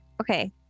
Okay